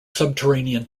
subterranean